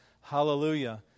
Hallelujah